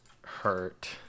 hurt